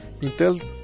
Intel